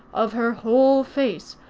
of her whole face,